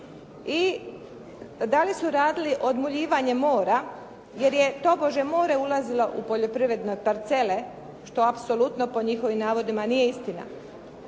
i da li su radili odmuljivanje mora, jer je tobože more ulazilo u poljoprivredne parcele, što apsolutno po njihovim navodima nije istina.